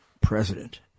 president